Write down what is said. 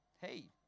Hey